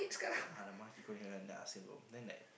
ah the mother keep calling her ask her go then like